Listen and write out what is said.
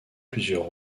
plusieurs